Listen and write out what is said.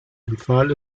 empfahl